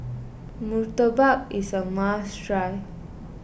Murtabak is a must try